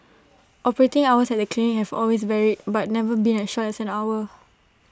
operating hours at the clinics have always varied but never been as short as an hour